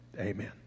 Amen